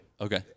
okay